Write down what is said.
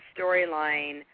storyline